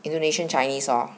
indonesian chinese ah